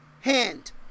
hand